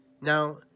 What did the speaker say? Now